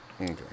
Okay